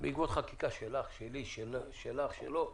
בעקבות חקיקה שלי, שלך, שלו,